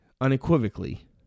unequivocally